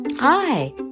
Hi